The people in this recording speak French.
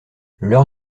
l’heure